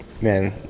man